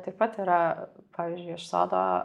taip pat yra pavyzdžiui iš sodo